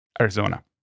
Arizona